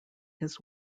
his